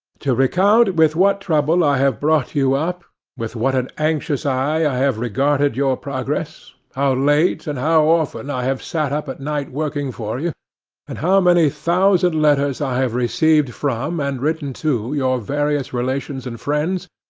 to recount with what trouble i have brought you up with what an anxious eye i have regarded your progress how late and how often i have sat up at night working for you and how many thousand letters i have received from, and written to your various relations and friends,